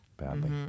Badly